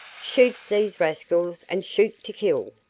shoot these rascals and shoot to kill.